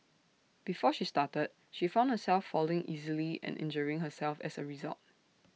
before she started she found herself falling easily and injuring herself as A result